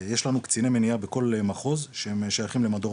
יש לנו קציני מניעה בכל מחוז שהם שייכים למדור